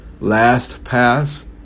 LastPass